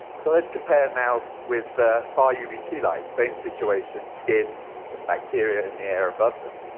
so let's compare now with far-uvc light same situation skin and some bacteria in the air above them.